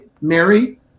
Mary